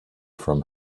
from